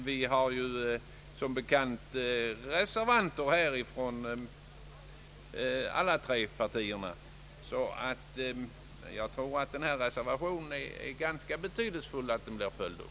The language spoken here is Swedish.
Vi har som bekant reservanter från alla tre partierna, och jag tror att det är betydelsefullt att denna reservation följs